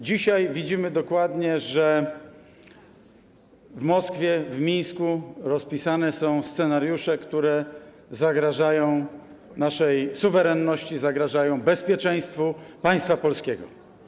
Dzisiaj widzimy dokładnie, że w Moskwie, w Mińsku rozpisane są scenariusze, które zagrażają naszej suwerenności, zagrażają bezpieczeństwu państwa polskiego.